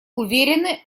уверены